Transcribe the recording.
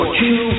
two